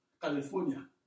California